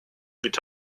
with